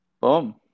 Boom